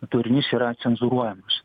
turinys yra cenzūruojamas